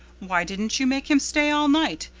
why didn't you make him stay all night.